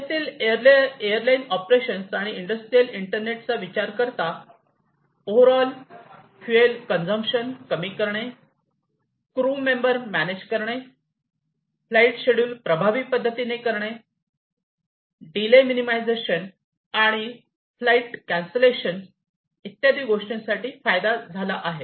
त्यातील airline operations साठी industrial इंटरनेटचा विचार करता ओव्हर ऑल फूएल कंझमक्शन कमी करणे क्रू मेंबर मॅनेज करणे फ्लाईट शेड्युल प्रभावी पद्धतीने करणे डीले मिनिमायझेशन आणि फ्लाईट कॅन्सलेशन इत्यादी गोष्टींसाठी फायदा झाला आहे